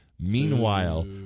Meanwhile